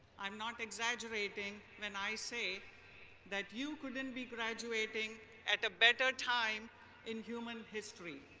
i am not exaggerating when i say that you couldn't be graduating at a better time in human history.